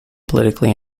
politically